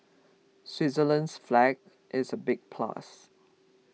Switzerland's flag is a big plus